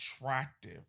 attractive